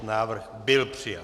Návrh byl přijat.